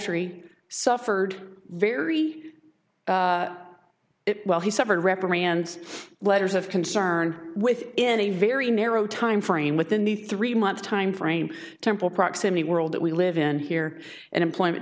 ie suffered very well he suffered reprimands letters of concern with in a very narrow timeframe within the three month timeframe temple proximity world that we live in here an employment